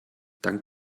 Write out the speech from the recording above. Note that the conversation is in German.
dank